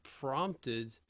prompted